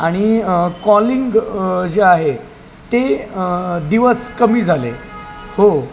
आणि कॉलिंग जे आहे ते दिवस कमी झाले हो